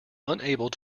unable